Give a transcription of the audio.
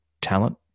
talent